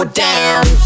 down